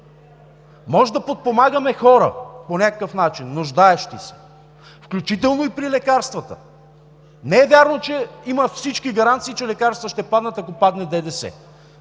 Може да подпомагаме хора по някакъв начин, нуждаещи се, включително и при лекарствата. Не е вярно, че има всички гаранции, че лекарствата ще паднат, ако падне ДДС.